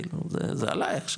כאילו, זה עליי עכשיו